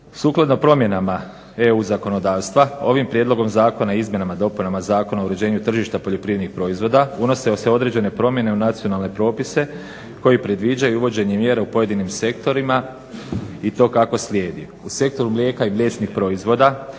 Sukladno promjenama EU zakonodavstva ovim prijedlogom zakona i izmjenama i dopunama Zakona o uređenju tržišta poljoprivrednih proizvoda unose se određene promjene u nacionalne propise koji predviđaju uvođenje mjera u pojedinim sektorima i to kako slijedi: